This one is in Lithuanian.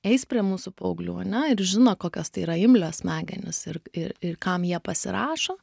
eis prie mūsų paauglių ane ir žino kokios tai yra imlios smegenys ir ir ir kam jie pasirašo